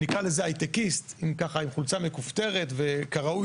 נקרא לזה הייטקיסט עם חולצה מכופתרת וכראוי